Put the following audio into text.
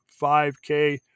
5K